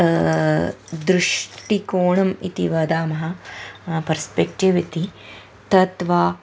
दृष्टिकोणम् इति वदामः पर्स्पेक्टिव् इति तत् वा